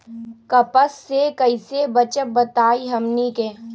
कपस से कईसे बचब बताई हमनी के?